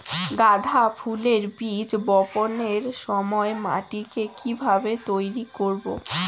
গাদা ফুলের বীজ বপনের সময় মাটিকে কিভাবে তৈরি করব?